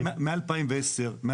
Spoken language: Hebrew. מ-2010.